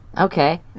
Okay